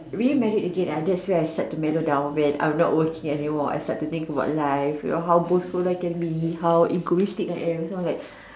really married again that's when I start to mellow down when I am not working anymore I start to think about life you know how boastful I can be how egoistic I am so I am like